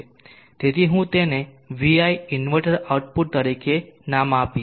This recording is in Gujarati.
તેથી હું તેને vi ઇન્વર્ટર આઉટપુટ તરીકે નામ આપીશ